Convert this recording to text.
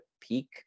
peak